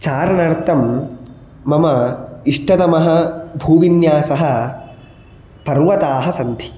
चारणार्थं मम इष्टतमः भूविन्यासः पर्वताः सन्ति